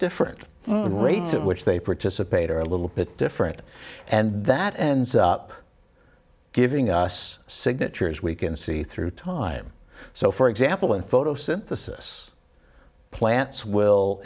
in which they participate are a little bit different and that ends up giving us signatures we can see through time so for example in photosynthesis plants will